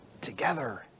together